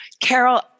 Carol